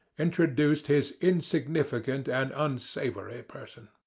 introduced his insignificant and unsavoury person.